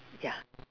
ya